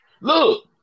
Look